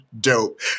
dope